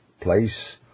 place